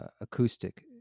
acoustic